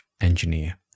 engineer